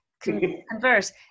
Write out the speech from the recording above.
converse